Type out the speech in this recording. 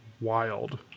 Wild